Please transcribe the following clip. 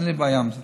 אין לי בעיה עם זה.